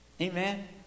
Amen